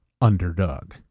underdog